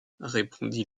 répondit